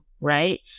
right